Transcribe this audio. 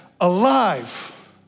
alive